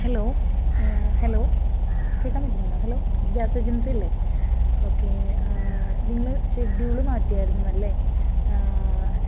hello hello കേൾക്കാൻ പറ്റുന്നുണ്ടോ hello gas agency അല്ലെ ഓക്കെ നിങ്ങൾ ഷെഡ്യൂള് മാറ്റി ആയിരുന്നല്ലേ